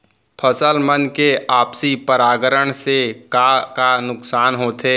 फसल मन के आपसी परागण से का का नुकसान होथे?